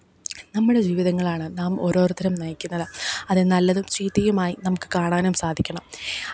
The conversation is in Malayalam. നമ്മുടെ ജീവിതങ്ങളാണ് നാം ഓരോരുത്തരും നയിക്കുന്നത് അതിൽ നല്ലതും ചീത്തയുമായി നമുക്ക് കാണാനും സാധിക്കണം